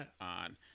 on